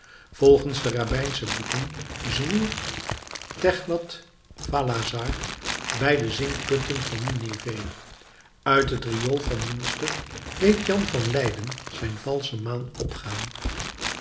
volgens de rabbijnsche boeken zwoer theglath phalasar bij de zinkputten van ninivé uit het riool van munster deed jan van leijden zijn valsche maan opgaan